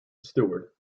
steward